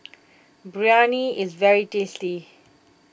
Biryani is very tasty